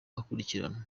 akurikiranwa